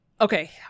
okay